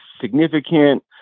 significant